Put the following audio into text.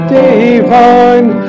divine